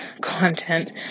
content